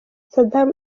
saddam